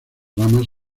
ramas